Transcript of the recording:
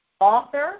author